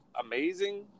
amazing